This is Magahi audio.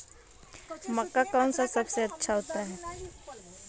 मक्का कौन सा सबसे अच्छा होता है?